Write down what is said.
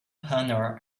honour